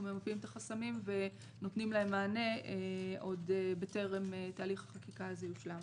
ממפים את החסמים ונותנים להם מענה עוד בטרם תהליך החקיקה הזה יושלם.